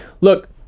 Look